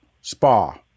spa